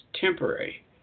temporary